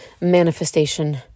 manifestation